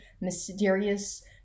mysterious